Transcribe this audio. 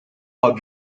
how